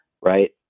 Right